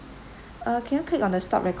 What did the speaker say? uh can I click on the stop record